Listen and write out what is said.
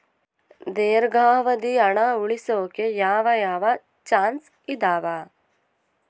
ದೇರ್ಘಾವಧಿ ಹಣ ಉಳಿಸೋಕೆ ಯಾವ ಯಾವ ಚಾಯ್ಸ್ ಇದಾವ?